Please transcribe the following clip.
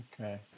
Okay